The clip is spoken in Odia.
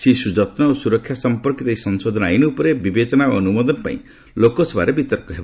ଶିଶୁ ଯତ୍ନ ଓ ସୁରକ୍ଷା ସମ୍ପର୍କୀତ ଏହି ସଂଶୋଧିତ ଆଇନ୍ ଉପରେ ବିବେଚନା ଓ ଅନୁମୋଦନ ପାଇଁ ଲୋକସଭାରେ ବିତର୍କ ହେବ